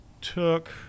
took